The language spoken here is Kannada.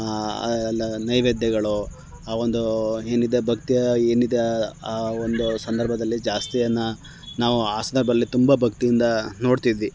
ನೈವೇದ್ಯಗಳು ಆ ಒಂದು ಏನಿದೆ ಭಕ್ತಿ ಏನಿದೆ ಆ ಒಂದು ಸಂದರ್ಭದಲ್ಲಿ ಜಾಸ್ತಿಯನ್ನು ನಾವು ಆಸನದಲ್ಲಿ ತುಂಬ ಭಕ್ತಿಯಿಂದ ನೋಡ್ತಿದ್ವಿ